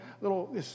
little